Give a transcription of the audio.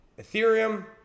ethereum